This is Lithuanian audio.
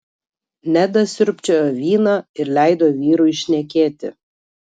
nedas siurbčiojo vyną ir leido vyrui šnekėti